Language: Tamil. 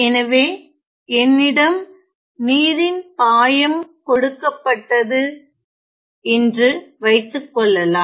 எனவே என்னிடம் நீரின் பாயம் கொடுக்கப்பட்டது என்று வைத்துக்கொள்ளலாம்